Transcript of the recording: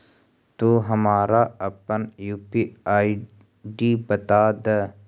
तू हमारा अपन यू.पी.आई आई.डी बता दअ